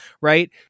right